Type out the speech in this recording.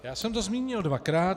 Já jsem to zmínil dvakrát.